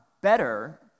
better